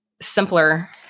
Simpler